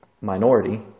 minority